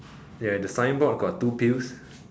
ya the signboard got two pill